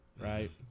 right